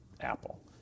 Apple